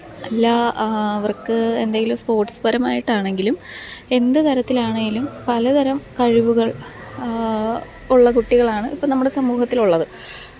അല്ല അവര്ക്ക് എന്തെങ്കിലും സ്പോര്ട്സ്പരമായിട്ടാണെങ്കിലും എന്ത് തരത്തിലാണേലും പലതരം കഴിവുകള് ഉള്ള കുട്ടികളാണ് ഇപ്പം നമ്മുടെ സമൂഹത്തിലുള്ളത്